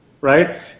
right